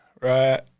Right